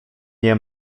nie